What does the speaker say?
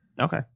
okay